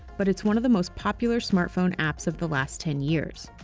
but it's one of the most popular smartphone apps of the last ten years.